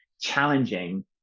challenging